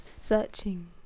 searching